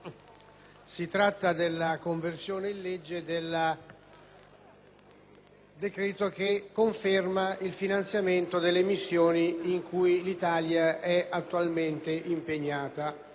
decreto che conferma il finanziamento delle missioni in cui l'Italia è attualmente impegnata. Vorrei svolgere due osservazioni preliminari. La prima, è che